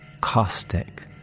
caustic